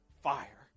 fire